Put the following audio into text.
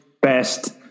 best